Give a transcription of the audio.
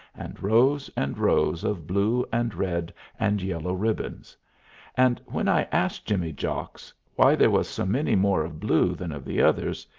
and rows and rows of blue and red and yellow ribbons and when i asked jimmy jocks why they was so many more of blue than of the others,